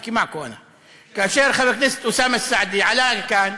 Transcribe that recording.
"בחכי מעכום אנא" כאשר חבר הכנסת אוסאמה סעדי עלה לכאן,